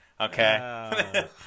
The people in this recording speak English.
okay